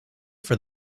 for